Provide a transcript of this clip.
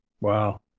Wow